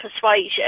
persuasion